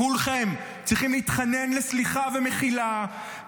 כולכם צריכים להתחנן לסליחה ומחילה,